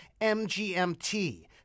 MGMT